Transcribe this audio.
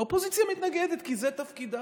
האופוזיציה מתנגדת, כי זה תפקידה.